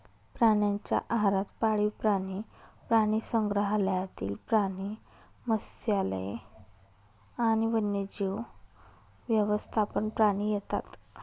प्राण्यांच्या आहारात पाळीव प्राणी, प्राणीसंग्रहालयातील प्राणी, मत्स्यालय आणि वन्यजीव व्यवस्थापन प्राणी येतात